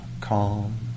calm